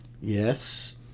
yes